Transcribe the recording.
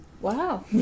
wow